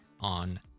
on